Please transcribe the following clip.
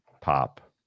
pop